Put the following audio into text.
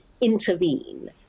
intervene